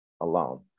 alone